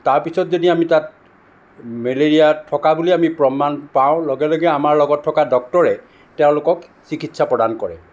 তাৰ পিছত যদি আমি তাত মেলেৰিয়া থকা বুলি আমি প্ৰমাণ পাওঁ লগে লগে আমাৰ লগত থকা ডক্তৰে তেওঁলোকক চিকিৎসা প্ৰদান কৰে